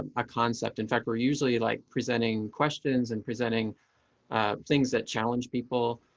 ah a concept. in fact, we're usually like presenting questions and presenting things that challenge people.